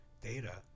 data